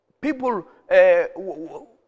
People